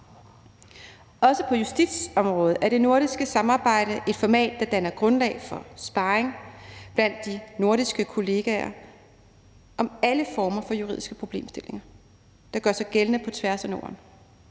Også på justitsområdet er det nordiske samarbejde et format, der danner grundlag for sparring blandt de nordiske kollegaer om alle former for juridiske problemstillinger, der gør sig gældende på tværs af Norden.